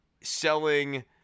selling